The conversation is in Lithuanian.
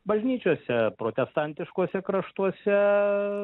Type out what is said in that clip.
bažnyčiose protestantiškuose kraštuose